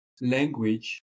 language